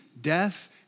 death